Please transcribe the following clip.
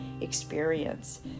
experience